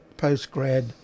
post-grad